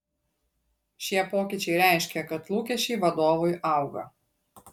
šie pokyčiai reiškia kad lūkesčiai vadovui auga